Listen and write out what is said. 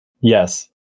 yes